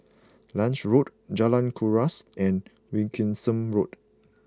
Lange Road Jalan Kuras and Wilkinson Road